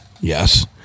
Yes